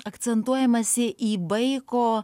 akcentuojamasi į baiko